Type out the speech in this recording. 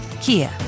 Kia